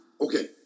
Okay